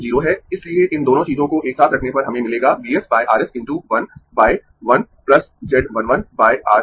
इसलिए इन दोनों चीजों को एक साथ रखने पर हमें I 1 मिलेगा V s by R s × 1 by 1 Z 1 1 by R s